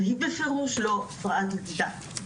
אבל היא בפרוש לא הפרעת למידה,